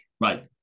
Right